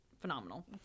Phenomenal